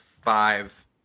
five